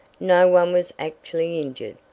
no one was actually injured,